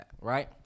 Right